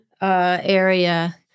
area